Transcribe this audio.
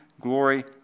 glory